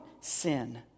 sin